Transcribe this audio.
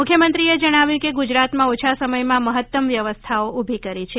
મુખ્યમંત્રીએ જણાવ્યું કે ગુજરાતમાં ઓછા સમયમાં મહત્તમ વ્યવસ્થાઓ ઉભી કરી છે